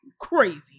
Crazy